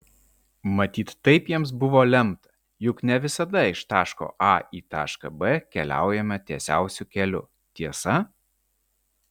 matyt taip jiems buvo lemta juk ne visada iš taško a į tašką b keliaujame tiesiausiu keliu tiesa